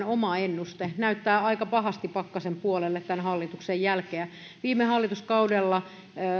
oma ennuste näyttää aika pahasti pakkasen puolelle tämän hallituksen jälkeen viime hallituskaudella